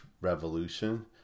Revolution